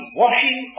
washing